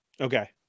Okay